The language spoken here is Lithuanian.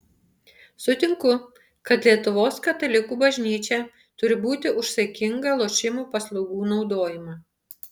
sutinku kad lietuvos katalikų bažnyčia turi būti už saikingą lošimų paslaugų naudojimą